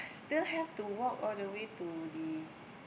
still have to walk all the way to the